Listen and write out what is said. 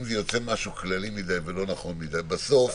אם זה יוצא משהו כללי מדי ולא נכון ------ בסוף